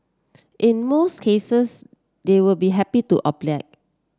in most cases they will be happy to oblige